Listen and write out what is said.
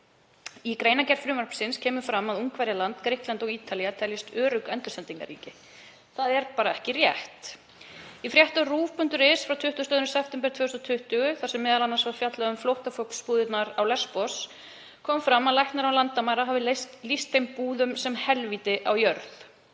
Í greinargerð frumvarpsins kemur fram að Ungverjaland, Grikkland og Ítalía teljist örugg endursendingarríki. Það er bara ekki rétt. Í frétt á ruv.is frá 22. september 2020 þar sem m.a. var fjallað um flóttafólksbúðirnar á Lesbos kom fram að Læknar án landamæra hafi lýst þeim búðum sem helvíti á jörð.